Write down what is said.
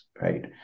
right